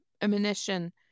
ammunition